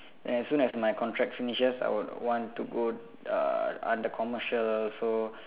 then as soon as my contract finishes I would want to go uh under commercial so